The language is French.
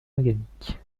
organique